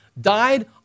Died